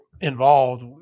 involved